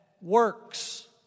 Works